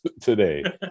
today